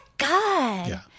god